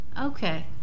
Okay